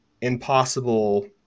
impossible